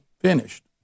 finished